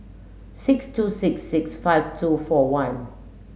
six two six six five two four one